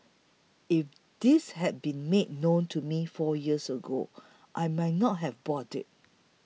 if this had been made known to me four years ago I might not have bought it